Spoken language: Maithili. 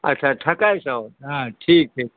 अच्छा ठकाइ से औता अच्छा ठीके छै